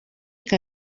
que